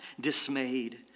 dismayed